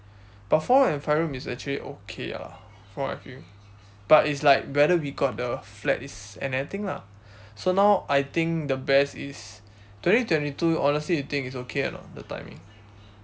but four room and five room is actually okay lah from what I feel but it's like whether we got the flat is another thing lah so now I think the best is twenty twenty two honestly you think is okay or not the timing